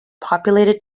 populated